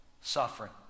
suffering